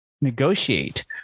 negotiate